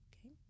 Okay